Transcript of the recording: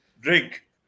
drink